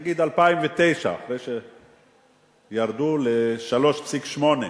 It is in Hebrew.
נגיד ב-2009, אחרי שירדו ל-3.8,